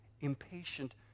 impatient